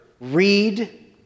read